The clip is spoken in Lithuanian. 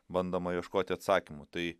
bandoma ieškoti atsakymų tai